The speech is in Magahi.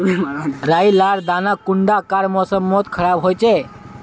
राई लार दाना कुंडा कार मौसम मोत खराब होचए?